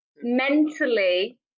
mentally